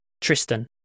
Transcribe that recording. Tristan